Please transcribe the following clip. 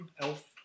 elf